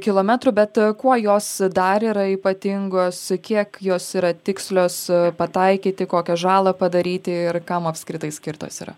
kilometrų bet kuo jos dar yra ypatingos kiek jos yra tikslios pataikyti kokią žalą padaryti ir kam apskritai skirtos yra